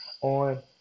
on